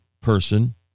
person